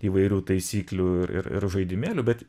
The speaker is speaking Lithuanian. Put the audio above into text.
įvairių taisyklių ir ir ir žaidimėlių bet